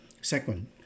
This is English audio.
Second